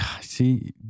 See